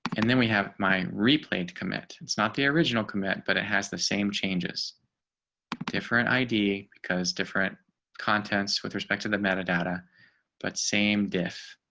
and then we have my replayed commit. it's not the original commit, but it has the same changes different id because different contents with respect to that metadata but same diff.